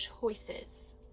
choices